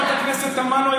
חברת הכנסת תמנו,